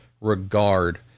regard